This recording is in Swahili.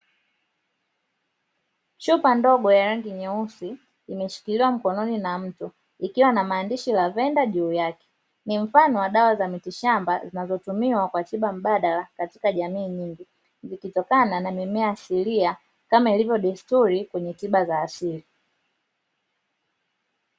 Chupa ndogo ya rangi nyeusi imeshikiliwa mkononi na mtu ikiwa na maandishi Lavenda juu yake ni mfano wa dawa za mitishamba zinazotumiwa kwa tiba mbadala katika jamii nyingi zikitokana na mimea asilia kama ilivyo desturi kwenye tiba asili.